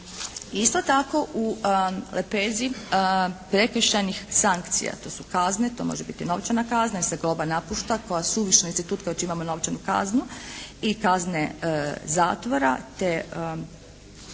Isto tako u lepezi prekršajnih sankcija, to su kazne, to može biti novčana kazna jer se globa napušta kao suvišni institut jer imamo novčanu kaznu i kazne zatvora, te